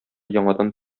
яңадан